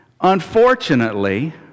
Unfortunately